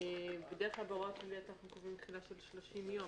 בדרך כלל בהוראה פלילית אנחנו קובעים תחילה של 30 יום.